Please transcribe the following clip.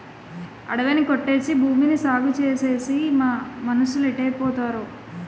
అడివి ని కొట్టేసి భూమిని సాగుచేసేసి మనుసులేటైపోతారో